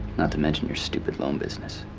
not to mention your stupid loan business.